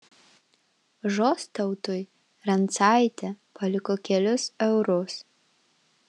žostautui rancaitė paliko kelis eurus